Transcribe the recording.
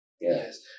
Yes